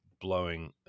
blowing